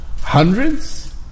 hundreds